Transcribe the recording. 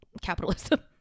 capitalism